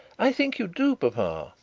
i think you do, papa.